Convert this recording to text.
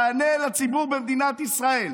תענה לציבור במדינת ישראל.